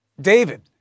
David